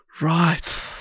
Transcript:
right